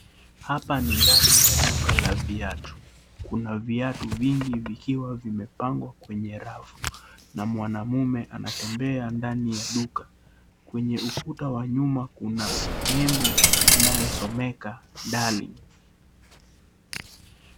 Hapa ni ndani ya duka la viatu kuna viatu vingi vikiwa vimepangwa kwenye rafu, na mwanaume anaye tembea ndani ya duka. Kwenye ukuta ya nyuma kuna nembo in ayo someka Dall.